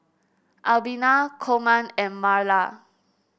Albina Coleman and Marla